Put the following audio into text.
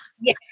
Yes